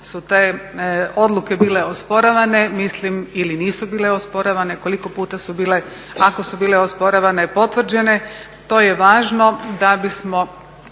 su te odluke bile osporavane ili nisu bile osporavane, koliko puta su bile ako su bile osporavane potvrđene. To je važno da bismo